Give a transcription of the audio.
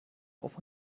auf